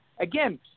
again